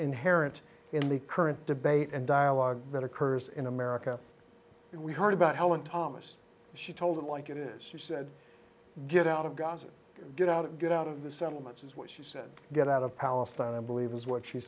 inherent in the current debate and dialogue that occurs in america we heard about helen thomas she told it like it is said get out of gaza get out get out of the settlements is what she said get out of palestine i believe is what she